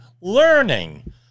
learning